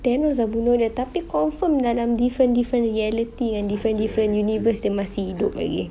thanos dah bunuh dia tapi confirm dalam different different reality and different different universe dia mesti hidup lagi